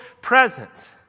presence